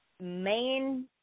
main